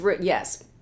yes